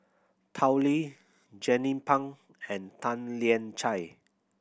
Tao Li Jernnine Pang and Tan Lian Chye